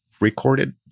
recorded